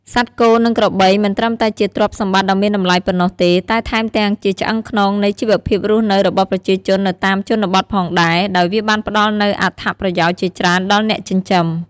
សត្វគោ និងក្របីមិនត្រឹមតែជាទ្រព្យសម្បត្តិដ៏មានតម្លៃប៉ុណ្ណោះទេ តែថែមទាំងជាឆ្អឹងខ្នងនៃជីវភាពរស់នៅរបស់ប្រជាជននៅតាមជនបទផងដែរ ដោយវាបានផ្ដល់នូវអត្ថប្រយោជន៍ជាច្រើនដល់អ្នកចិញ្ចឹម។